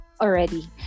already